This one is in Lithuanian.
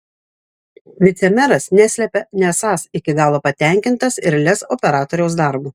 vicemeras neslepia nesąs iki galo patenkintas ir lez operatoriaus darbu